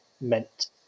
meant